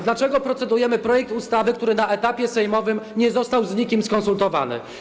Dlaczego procedujemy nad projektem ustawy, który na etapie sejmowym nie został z nikim skonsultowany?